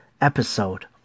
Episode